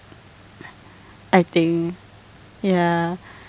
I think ya